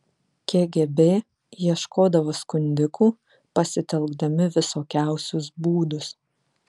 kgb ieškodavo skundikų pasitelkdami visokiausius būdus